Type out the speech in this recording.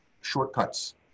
shortcuts